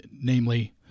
namely